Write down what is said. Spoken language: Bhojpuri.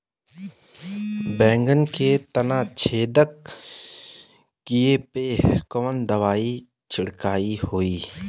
बैगन के तना छेदक कियेपे कवन दवाई होई?